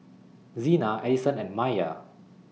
Xena Edison and Maiya